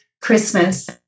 Christmas